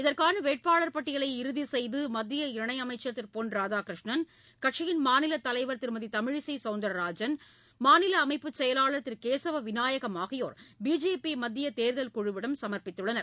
இதற்கான வேட்பாளர் பட்டியலை இறுதி செய்து மத்திய இணையமைச்சர் திரு பொன் ராதாகிருஷ்ணன் கட்சியின் மாநில தலைவர் திருமதி தமிழிசை சவுந்திரராஜன் மாநில அமைப்பு செயலாளர் திரு கேசவ விநாயகம் ஆகியோர் பிஜேபி மத்திய தேர்தல் குழுவிடம் சம்ப்பித்துள்ளனர்